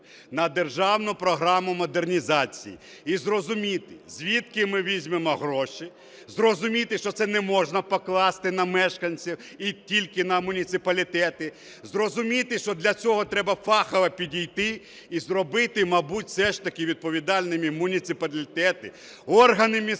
на державну програму модернізації. І зрозуміти, звідки ми візьмемо гроші, зрозуміти, що це не можна покласти на мешканців і тільки на муніципалітети, зрозуміти, що для цього треба фахово підійти, і зробити, мабуть, все ж таки відповідальними муніципалітети, органи місцевого